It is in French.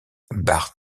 bart